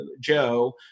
Joe